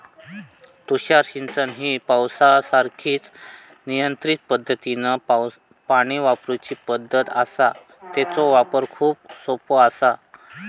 तुषार सिंचन ही पावसासारखीच नियंत्रित पद्धतीनं पाणी वापरूची पद्धत आसा, तेचो वापर खूप सोपो आसा